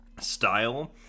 style